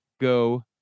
go